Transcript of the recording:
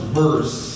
verse